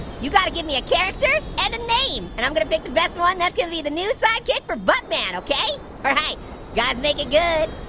you've gotta give me a character and a name, and i'm gonna pick the best one, that's gonna be the new sidekick for buttman, okay? alright, you guys make it good,